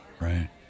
Right